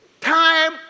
Time